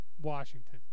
Washington